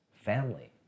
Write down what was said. family